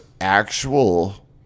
actual